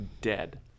dead